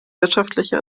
wirtschaftliche